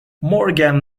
morgan